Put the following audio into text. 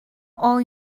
all